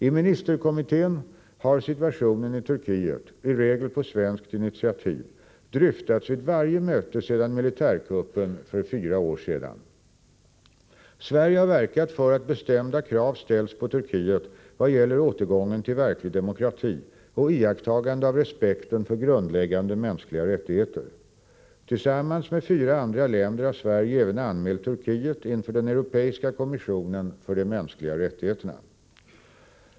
I ministerkommittén har situationen i Turkiet, i regel på svenskt intitiativ, dryftats vid varje möte sedan militärkuppen för fyra år sedan. Sverige har verkat för att bestämda krav ställs på Turkiet vad gäller återgången till verklig demokrati och iakttagande av respekten för grundläggande mänskliga rättigheter. Tillsam mans med fyra andra länder har Sverige även anmält Turkiet inför den europeiska kommissionen för de mänskliga rättigheterna.